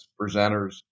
presenters